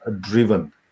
Driven